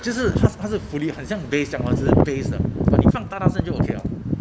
就是它它是 fully 很像 bass 这样 lor 只是 bass 的 !wah! 你放大大声就 okay orh